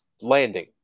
landing